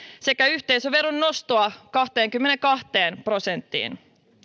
sekä yhteisöveron nostoa kahteenkymmeneenkahteen prosenttiin